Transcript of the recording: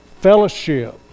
fellowship